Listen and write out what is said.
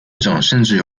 甚至